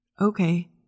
Okay